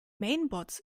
mainboards